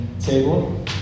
table